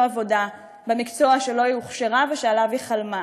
עבודה במקצוע שבו היא הוכשרה ושעליו היא חלמה.